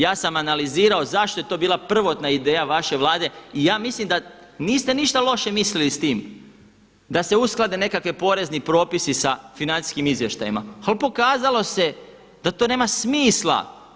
Ja sam analizirao zašto je to bila prvotna ideja vaše Vlade i ja mislim da niste ništa loše mislili sa time, da se usklade nekakvi porezni propisi sa financijskim izvještajima ali pokazalo se da to nema smisla.